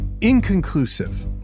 inconclusive